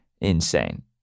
Insane